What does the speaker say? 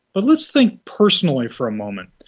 but let's think personally for a moment.